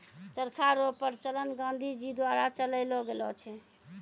चरखा रो प्रचलन गाँधी जी द्वारा चलैलो गेलो छै